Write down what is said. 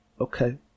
Okay